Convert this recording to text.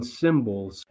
symbols